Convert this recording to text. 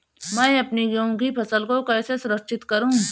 मैं अपनी गेहूँ की फसल को कैसे सुरक्षित करूँ?